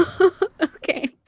okay